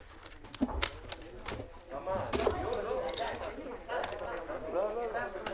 ננעלה בשעה 19:20.